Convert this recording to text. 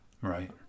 right